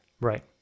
Right